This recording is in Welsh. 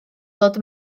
ddod